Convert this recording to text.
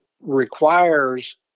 requires